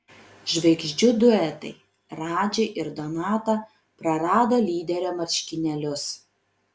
žvaigždžių duetai radži ir donata prarado lyderio marškinėlius